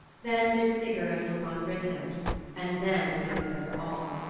then did sigurd look on brynhild and then did he remember all.